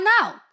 now